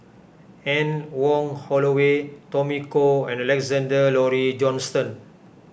Anne Wong Holloway Tommy Koh and Alexander Laurie Johnston